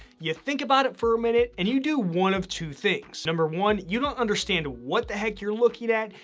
you think about it for a minute, and you do one of two things. number one, you don't understand what the heck you're looking at,